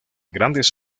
grandes